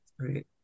right